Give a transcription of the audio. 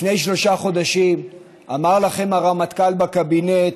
לפני שלושה חודשים אמר לכם הרמטכ"ל בקבינט,